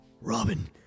Robin